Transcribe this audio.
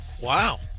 Wow